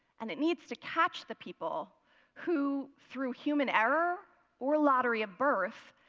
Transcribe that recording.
and it needs to catch the people who, through human error or lottery of birth,